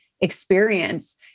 experience